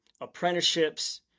apprenticeships